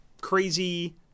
crazy